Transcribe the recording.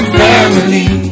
family